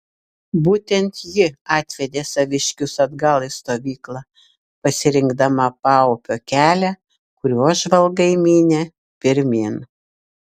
būtent ji atvedė saviškius atgal į stovyklą pasirinkdama paupio kelią kuriuo žvalgai mynė pirmyn